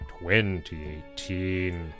2018